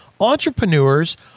entrepreneurs